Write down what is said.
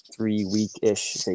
three-week-ish